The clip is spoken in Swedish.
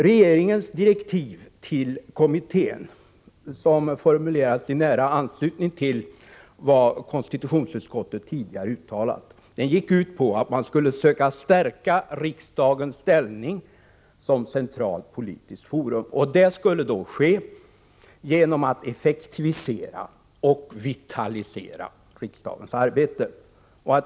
Regeringens direktiv till kommittén, formulerade i nära anslutning till vad konstitutionsutskottet tidigare har uttalat, gick ut på att man skulle söka stärka riksdagens ställning som centralt politiskt forum. Det skulle ske genom att man effektiviserade och vitaliserade riksdagens arbete.